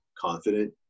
confident